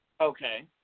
Okay